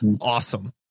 awesome